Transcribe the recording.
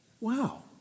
Wow